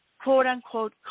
quote-unquote